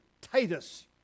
Titus